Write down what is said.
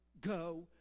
go